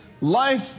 Life